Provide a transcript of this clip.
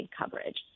coverage